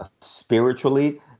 spiritually